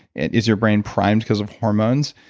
and is your brain primed because of hormones?